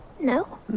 No